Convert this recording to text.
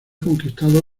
conquistado